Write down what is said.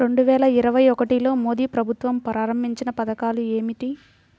రెండు వేల ఇరవై ఒకటిలో మోడీ ప్రభుత్వం ప్రారంభించిన పథకాలు ఏమిటీ?